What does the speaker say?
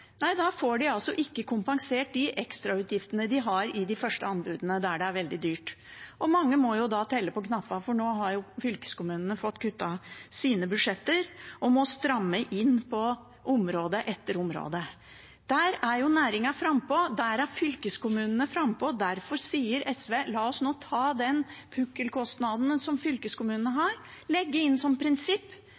Nei, de får ikke kompensert de ekstrautgiftene de har i de første anbudene der det er veldig dyrt. Mange må da telle på knappene, for nå har jo fylkeskommunene fått kuttet sine budsjetter og må stramme inn på område etter område. Der er næringen frampå, og der er fylkeskommunene frampå. Derfor sier SV: La oss nå ta de pukkelkostnadene som fylkeskommunene har, og legge inn som et prinsipp